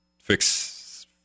fix